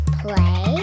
play